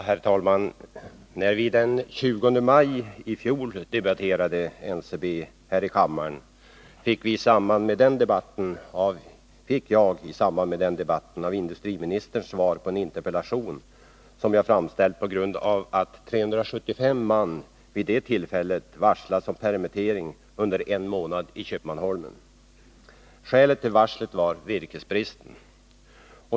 Herr talman! När vi den 20 maj i fjol debatterade NCB här i kammaren, fick jag i samband med den debatten av industriministern svar på en interpellation som jag framställt på grund av att 375 man vid det tillfället varslats om permittering under en månad i Köpmanholmen. Skälet till varslet var virkesbristen.